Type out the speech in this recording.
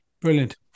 Brilliant